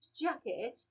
jacket